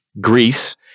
Greece